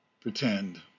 pretend